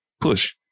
Push